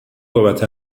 بابت